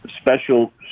special